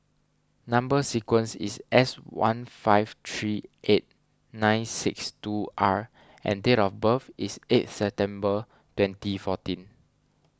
Number Sequence is S one five three eight nine six two R and date of birth is eighth September twenty fourteen